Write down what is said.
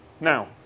Now